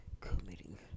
committing